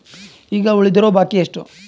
ಈಗ ಉಳಿದಿರೋ ಬಾಕಿ ಎಷ್ಟು?